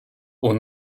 aux